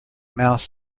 mouse